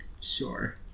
Sure